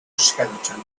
skeleton